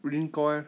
ringko eh